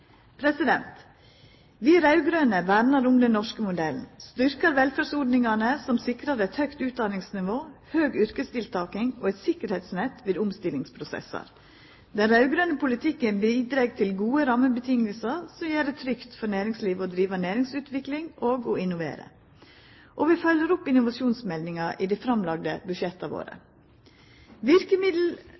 Vi raud-grøne vernar om den norske modellen, styrkjer velferdsordningane som sikrar eit høgt utdanningsnivå, høg yrkesdeltaking og eit sikkerheitsnett ved omstillingsprosessar. Den raud-grøne politikken bidreg til gode rammevilkår som gjer det trygt for næringslivet å driva næringsutvikling og å innovera. Og vi følgjer opp innovasjonsmeldinga i dei framlagde budsjetta våre.